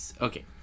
Okay